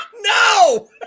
No